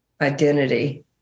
identity